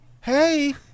Hey